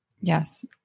Yes